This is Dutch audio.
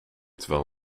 terwijl